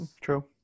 True